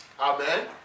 Amen